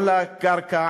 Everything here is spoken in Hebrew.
כל הקרקע,